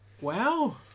Wow